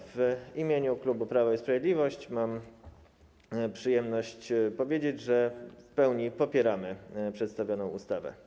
W imieniu klubu Prawo i Sprawiedliwość mam przyjemność powiedzieć, że w pełni popieramy przedstawioną ustawę.